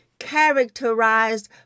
characterized